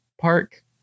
park